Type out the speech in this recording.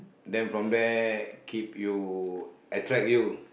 then from there keep you attract you